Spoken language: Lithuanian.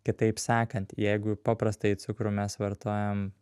kitaip sakant jeigu paprastąjį cukrų mes vartojam